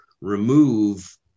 remove